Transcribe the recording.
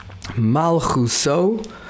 Malchuso